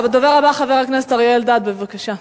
הדובר הבא, חבר הכנסת אריה אלדד, בבקשה.